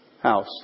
house